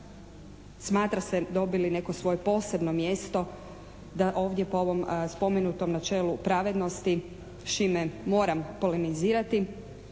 smatra se dobili neko svoje posebno mjesto da ovdje po ovom spomenutom načelu pravednosti čime moram polemizirati